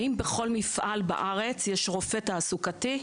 האם בכל מפעל בארץ יש רופא תעסוקתי?